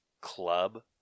club